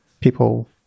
people